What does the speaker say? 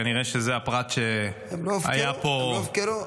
כנראה שזה הפרט שהיה פה --- הם לא הופקרו.